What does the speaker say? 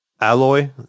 Alloy